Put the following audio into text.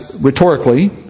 rhetorically